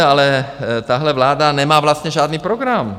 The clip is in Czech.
Ale tahle vláda nemá vlastně žádný program.